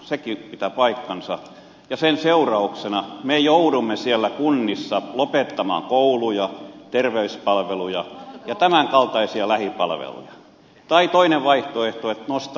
sekin pitää paikkansa ja sen seurauksena me joudumme siellä kunnissa lopettamaan kouluja terveyspalveluja ja tämän kaltaisia lähipalveluja tai toinen vaihtoehto on että nostamme veroprosentteja